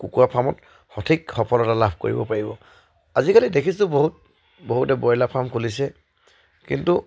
কুকুৰা ফাৰ্মত সঠিক সফলতা লাভ কৰিব পাৰিব আজিকালি দেখিছোঁ বহুত বহুতে ব্ৰইলাৰ ফাৰ্ম খুলিছে কিন্তু